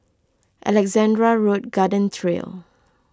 Alexandra Road Garden Trail